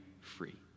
free